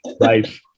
right